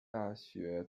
大学